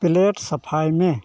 plate ᱥᱟᱯᱷᱟᱭᱢᱮ